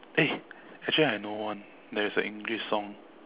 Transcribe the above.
eh actually I know one that is an English song